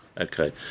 Okay